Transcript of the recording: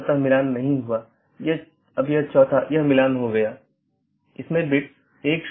वोह AS जो कि पारगमन ट्रैफिक के प्रकारों पर नीति प्रतिबंध लगाता है पारगमन ट्रैफिक को जाने देता है